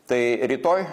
tai rytoj